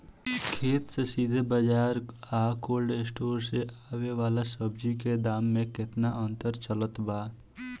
खेत से सीधा बाज़ार आ कोल्ड स्टोर से आवे वाला सब्जी के दाम में केतना के अंतर चलत बा?